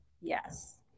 Yes